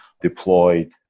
deployed